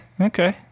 Okay